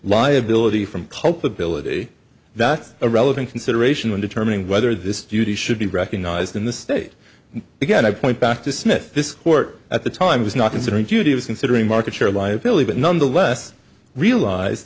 liability from culpability that's a relevant consideration in determining whether this duty should be recognized in the state again i point back to smith this court at the time was not considering duty of considering market share liability but nonetheless realized